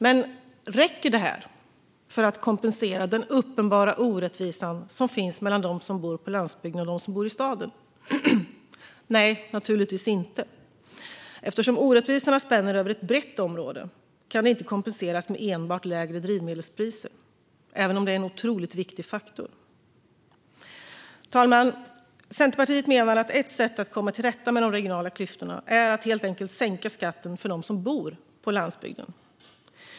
Men räcker detta för att kompensera den uppenbara orättvisa som finns mellan dem som bor på landsbygden och dem som bor i staden? Nej, naturligtvis inte. Eftersom orättvisorna spänner över ett brett område kan de inte kompenseras med enbart lägre drivmedelspriser, även om detta är en otroligt viktig faktor. Fru talman! Centerpartiet menar att ett sätt att komma till rätta med de regionala klyftorna är att helt enkelt sänka skatten för dem som bor på landsbygden.